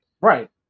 Right